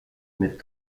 mais